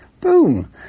Boom